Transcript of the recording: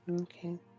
Okay